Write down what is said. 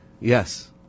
Yes